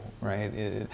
right